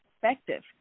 perspective